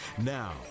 Now